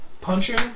Punching